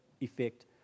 effect